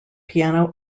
piano